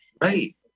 Right